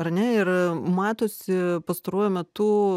ar ne ir matosi pastaruoju metu